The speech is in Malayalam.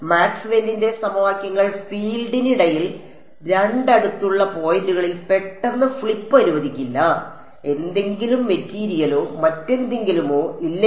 മാക്സ്വെല്ലിന്റെ സമവാക്യങ്ങൾ ഫീൽഡിന് ഇടയിൽ 2 അടുത്തുള്ള പോയിന്റുകളിൽ പെട്ടെന്ന് ഫ്ലിപ്പ് അനുവദിക്കില്ല എന്തെങ്കിലും മെറ്റീരിയലോ മറ്റെന്തെങ്കിലുമോ ഇല്ലെങ്കിൽ